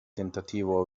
tentativo